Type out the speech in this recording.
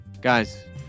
Guys